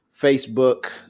facebook